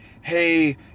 hey